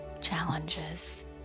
challenges